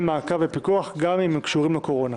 מעקב ופיקוח גם אם הם קשורים לקורונה.